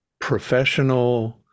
professional